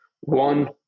One